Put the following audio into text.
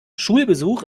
schulbesuch